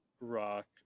rock